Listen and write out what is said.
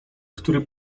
który